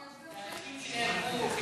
להסביר לך ששהיד זה לא במובן שלך?